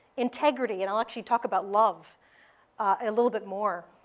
integrity, and i'll actually talk about love a little bit more.